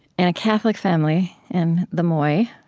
in a catholic family, in the moy.